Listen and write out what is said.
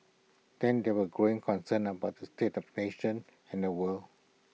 then there were growing concerns about the state of nation and the world